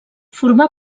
formà